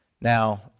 Now